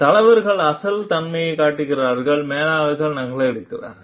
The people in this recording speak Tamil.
தலைவர்கள் அசல் தன்மையைக் காட்டுகிறார்கள் மேலாளர்கள் நகலெடுக்கிறார்கள்